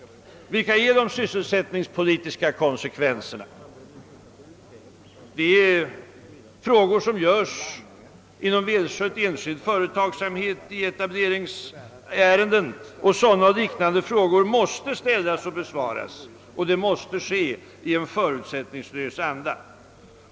Vilka är de sysselsättningspolitiska konsekvenserna? Detta är frågor som ställs i välskötta enskilda företag i etableringssammanhang, och sådana och liknande frågor måste ställas och besvaras, och det måste ske förutsättningslöst.